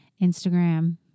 Instagram